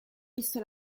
visto